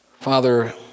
Father